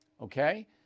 Okay